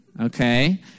Okay